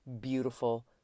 beautiful